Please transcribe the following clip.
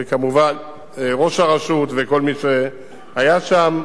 וכמובן ראש הרשות וכל מי שהיה שם,